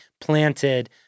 planted